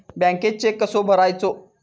बँकेत चेक कसो भरायचो?